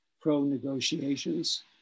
pro-negotiations